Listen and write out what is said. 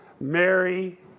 mary